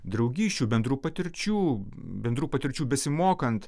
draugysčių bendrų patirčių bendrų patirčių besimokant